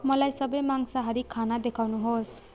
मलाई सबै मांसाहारी खाना देखाउनुहोस्